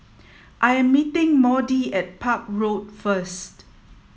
I am meeting Maudie at Park Road first